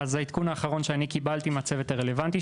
אז העדכון האחרון שאני קיבלתי מהצוות הרלוונטי הוא